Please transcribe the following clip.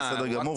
זה בסדר גמור.